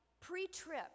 pre-trip